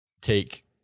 take